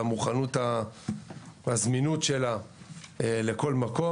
המוכנות והזמינות שלה לכל מקום.